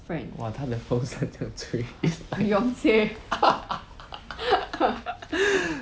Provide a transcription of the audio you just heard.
!wah! 他的风扇这样吹 is like